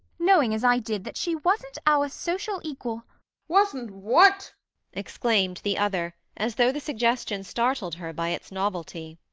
knowing as i did that she wasn't our social equal wasn't what exclaimed the other, as though the suggestion startled her by its novelty.